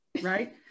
right